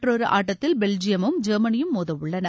மற்றொரு ஆட்டத்தில் பெல்ஜியமும் ஜெர்மனியும் மோத உள்ளன